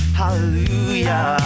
hallelujah